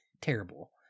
terrible